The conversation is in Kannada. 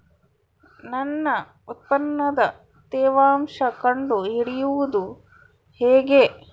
ನನ್ನ ಉತ್ಪನ್ನದ ತೇವಾಂಶ ಕಂಡು ಹಿಡಿಯುವುದು ಹೇಗೆ?